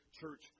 church